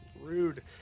rude